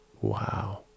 wow